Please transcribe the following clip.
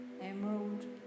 emerald